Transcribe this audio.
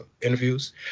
interviews